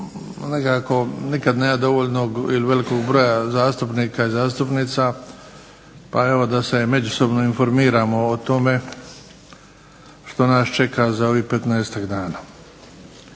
nikad nema dovoljno ili velikog broja zastupnika i zastupnica pa evo da se međusobno informiramo o tome što nas čeka za ovih 15-tak dana.